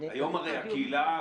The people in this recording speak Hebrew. היום הרי הקהילה,